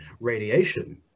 radiation